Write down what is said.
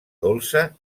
dolça